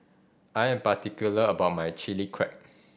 I am particular about my Chilli Crab